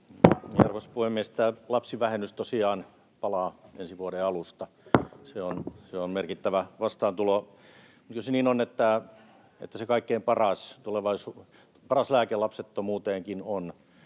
Arvoisa puhemies! Tämä lapsivähennys tosiaan palaa ensi vuoden alusta. Se on merkittävä vastaantulo. Kyllä se niin on, että se kaikkein paras lääke siihen,